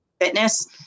fitness